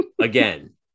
again